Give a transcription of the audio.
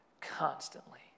constantly